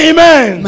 Amen